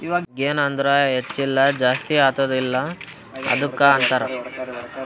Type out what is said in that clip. ಗೆನ್ ಅಂದುರ್ ಹೆಚ್ಚ ಇಲ್ಲ ಜಾಸ್ತಿ ಆತ್ತುದ ಅಲ್ಲಾ ಅದ್ದುಕ ಅಂತಾರ್